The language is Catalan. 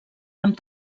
amb